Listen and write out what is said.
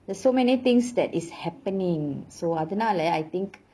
there's so many things that is happening so அதுனால:athunaala I think